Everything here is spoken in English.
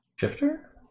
Shifter